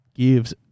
Gives